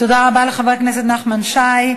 תודה רבה לחבר הכנסת נחמן שי.